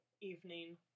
evening